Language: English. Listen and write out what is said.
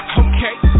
okay